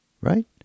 right